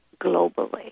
globally